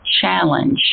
challenge